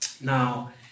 Now